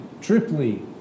triply